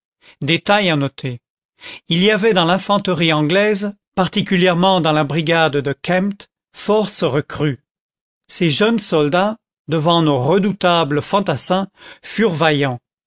détail à noter il y avait dans l'infanterie anglaise particulièrement dans la brigade de kempt force recrues ces jeunes soldats devant nos redoutables fantassins furent vaillants